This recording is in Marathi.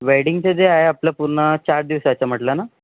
वेडींगचे जे आहे आपलं पूर्ण चार दिवसाचं म्हटलं ना